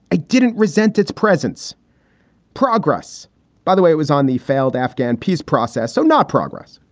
i didn't resent its presence progress by the way. it was on the failed afghan peace process. so not progress,